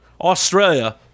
Australia